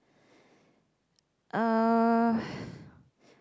uh